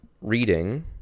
reading